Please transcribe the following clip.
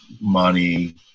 money